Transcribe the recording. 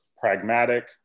pragmatic